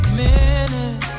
minute